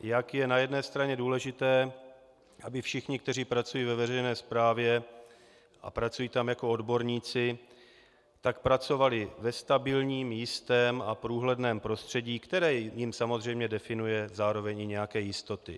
Jak je na jedné straně důležité, aby všichni, kteří pracují ve veřejné správě a pracují tam jako odborníci, pracovali ve stabilním, jistém a průhledném prostředí, které jim samozřejmě definuje zároveň i nějaké jistoty.